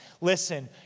listen